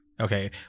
Okay